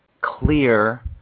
clear